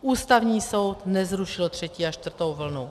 Ústavní soud nezrušil třetí a čtvrtou vlnu.